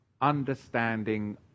understanding